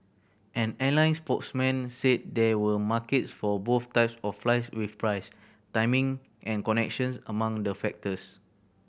an airline spokesman said there were markets for both types of flights with price timing and connections among the factors